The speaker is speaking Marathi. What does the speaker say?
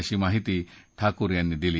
अशी माहिती ठाकूर यांनी दिली